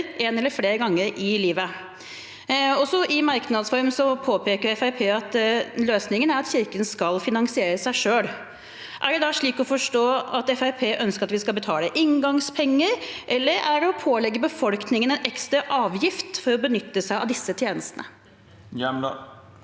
en eller flere ganger i livet. I merknadsform påpeker Fremskrittspartiet at løsningen er at Kirken skal finansiere seg selv. Er det da slik å forstå at Fremskrittspartiet ønsker at vi skal betale inngangspenger, eller skal en pålegge befolkningen en ekstra avgift for å benytte seg av disse tjenestene?